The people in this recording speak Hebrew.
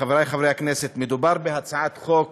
חברי חברי הכנסת, מדובר בהצעת חוק